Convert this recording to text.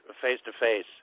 face-to-face